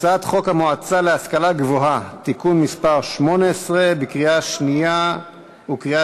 הצעת חוק הרשויות המקומיות (בחירת ראש הרשות וסגניו וכהונתם)